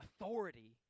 Authority